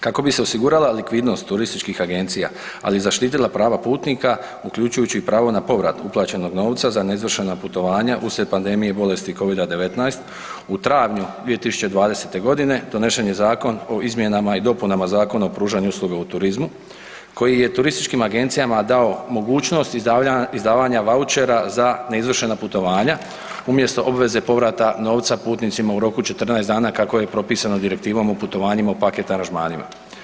Kako bi se osigurala likvidnost turističkih agencija, ali i zaštitila prava putnika, uključujući i pravo na povrat uplaćenog novca za neizvršena putovanja uslijed pandemije bolesti Covida-19, u travnju 2020. g. donešen je Zakon o izmjenama i dopunama Zakona o pružanju usluga u turizmu koji je turističkim agencijama dao mogućnost izdavanja vaučera za neizvršena putovanja umjesto obveze povrata novca putnicima u roku od 14 dana kako je propisano Direktivom o putovanjima u paket aranžmanima.